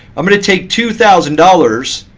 i'm going to take two thousand dollars,